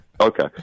Okay